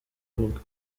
avuga